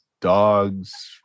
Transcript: dogs